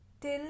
till